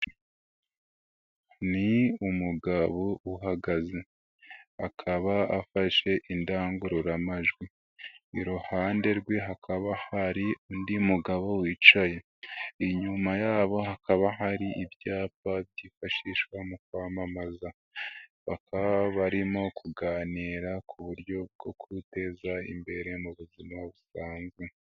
Ni umugabo uhagaze, akaba afashe indangururamajwi, iruhande rwe hakaba hari undi mugabo wicaye, inyuma yabo hakaba hari ibyapa byifashishwa mu kwamamaza, bakaba barimo kuganira ku buryo bwo kwiteza imbere mu buzima busanzwe.